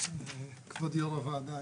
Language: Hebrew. כבוד יו"ר הוועדה,